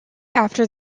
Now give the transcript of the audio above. after